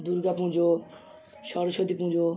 Durga Puja Saraswati Puja